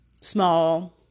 small